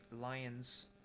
Lions